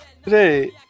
Today